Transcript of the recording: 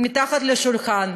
מתחת לשולחן,